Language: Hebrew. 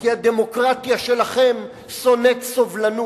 כי הדמוקרטיה שלכם שונאת סובלנות.